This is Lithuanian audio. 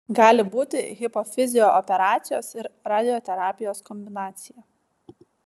gali būti hipofizio operacijos ir radioterapijos kombinacija